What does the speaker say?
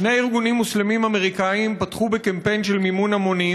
שני ארגונים מוסלמיים אמריקניים פתחו בקמפיין של מימון המונים,